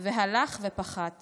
והלך ופחת /